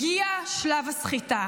הגיע שלב הסחיטה.